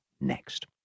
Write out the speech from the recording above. next